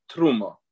Truma